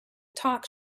talk